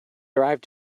arrived